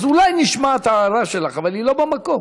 אז אולי נשמע את ההערה שלך, אבל היא לא במקום.